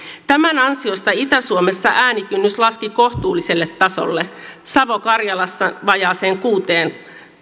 tämän ansiosta itä suomessa äänikynnys laski kohtuulliselle tasolle savo karjalassa vajaaseen kuuteen